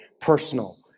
personal